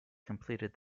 completing